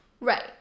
Right